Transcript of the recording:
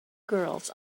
girls